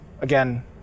again